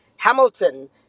Hamilton